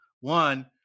One